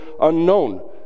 unknown